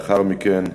לאחר מכן,